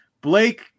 Blake